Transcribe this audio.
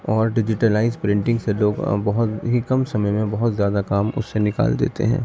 اور digitalise printing سے لوگ بہت ہی کم سمے میں بہت زیادہ کام اس سے نکال دیتے ہیں